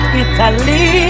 italy